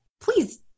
please